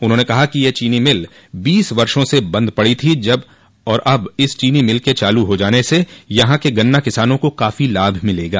उन्होंने कहा कि यह चीनी मिल बीच वर्षो से बंद पड़ी थी अब इस चीनी मिल के चालू हो जाने से यहां के गन्ना किसानों को काफी लाभ मिलेगा